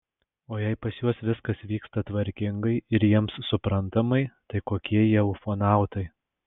o jei pas juos viskas vyksta tvarkingai ir jiems suprantamai tai kokie jie ufonautai